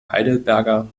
heidelberger